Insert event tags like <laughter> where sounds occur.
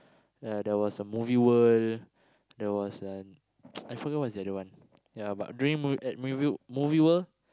ya there was a movie world there was a <noise> I forget what's the other one ya but during mo~ at movie movie world